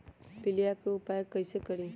पीलिया के उपाय कई से करी?